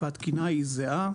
והתקינה היא זהה.